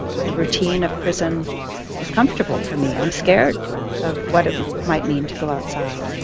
the routine of prison is comfortable for me. i'm scared of what it might mean to go outside.